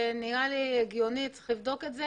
נראה לי הגיוני צריך לבדוק את זה